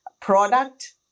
product